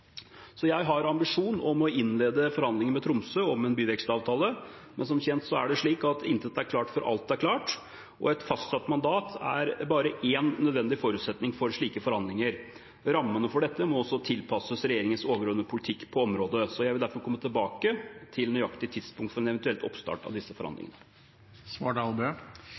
Jeg har en ambisjon om å innlede forhandlinger med Tromsø om en byvekstavtale, men som kjent er det slik at intet er klart før alt er klart, og et fastsatt mandat er bare én nødvendig forutsetning for slike forhandlinger. Rammene for dette må også tilpasses regjeringens overordnede politikk på området. Jeg vil derfor komme tilbake til nøyaktig tidspunkt for en eventuell oppstart av disse forhandlingene.